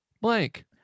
blank